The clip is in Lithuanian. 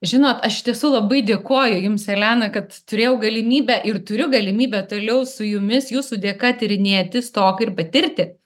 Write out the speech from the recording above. žinot aš iš tiesų labai dėkoju jums elena kad turėjau galimybę ir turiu galimybę toliau su jumis jūsų dėka tyrinėti stoką ir patirti